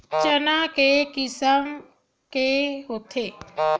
चना के किसम के होथे?